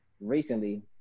recently